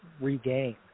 regain –